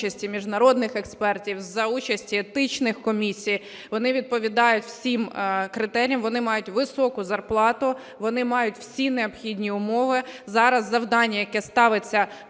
вони відповідають всім критеріям, вони мають високу зарплату, вони мають всі необхідні умови. Зараз завдання, яке ставиться нашою дорожньою картою,